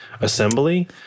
assembly